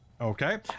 Okay